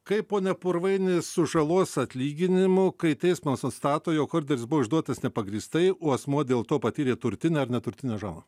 kaip pone purvaini su žalos atlyginimu kai teismas nustato jog orderis buvo išduotas nepagrįstai o asmuo dėl to patyrė turtinę ar neturtinę žalą